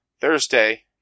Thursday